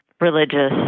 religious